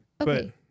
Okay